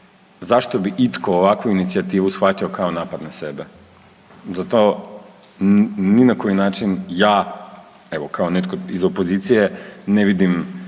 zašto bi itko ovakvu inicijativu shvatio kao napad na sebe. Zato ni na koji način ja, evo kao netko iz opozicije ne vidim